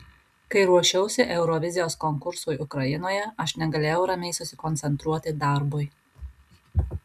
kai ruošiausi eurovizijos konkursui ukrainoje aš negalėjau ramiai susikoncentruoti darbui